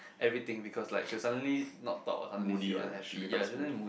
everything because like she will suddenly not talk or suddenly feel unhappy ya she will suddenly moody